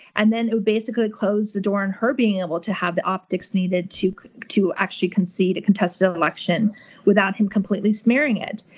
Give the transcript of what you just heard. and then it basically closed the door on her being able to have the optics needed to to actually not concede a contested election without him completely smearing it.